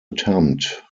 attempt